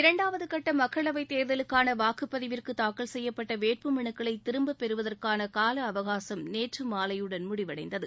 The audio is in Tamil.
இரண்டாவதுகட்ட மக்களவை தேர்தலுக்கான வாக்குப் பதிவிற்கு தூக்கல் செய்யப்பட்ட வேட்புமனுக்களை திரும்ப பெறுவதற்கான கால அவகாசம் நேற்று மாலையுடன் முடிவடைந்தது